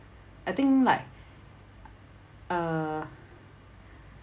I think like uh